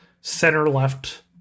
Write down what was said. center-left